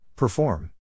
Perform